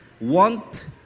want